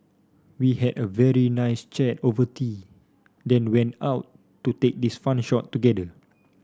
we had a very nice chat over tea then went out to take this fun shot together